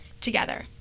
together